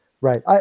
Right